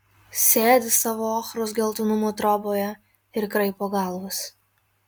sėdi savo ochros geltonumo troboje ir kraipo galvas